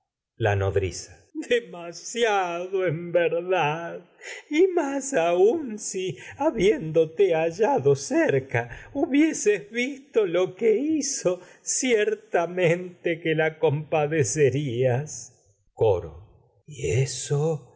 la nodriza demasiado cerca en verdad y más aún si visto lo que habiéndote ciertamente hallado hubieses hizo que la compadecerías tuvo coro de y eso